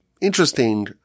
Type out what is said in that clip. interesting